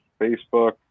Facebook